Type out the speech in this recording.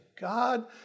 God